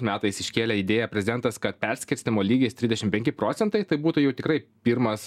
metais iškėlė idėją prezidentas kad perskirstymo lygis trisdešim penki procentai tai būtų jau tikrai pirmas